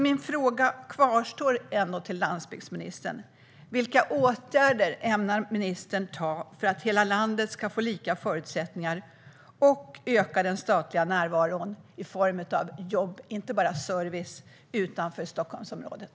Min fråga kvarstår därför till landsbygdsministern: Vilka åtgärder ämnar ministern vidta för att hela landet ska få lika förutsättningar och för att öka den statliga närvaron i form av jobb, inte bara service, utanför Stockholmsområdet?